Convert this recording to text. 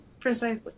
Precisely